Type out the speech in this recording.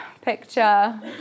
picture